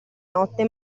notte